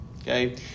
Okay